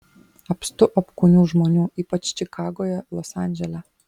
apstu apkūnių žmonių ypač čikagoje los andžele